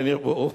כן ירבו.